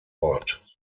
ort